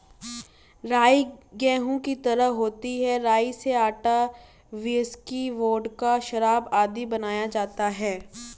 राई गेहूं की तरह होती है राई से आटा, व्हिस्की, वोडका, शराब आदि बनाया जाता है